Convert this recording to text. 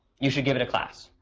you should give it a class.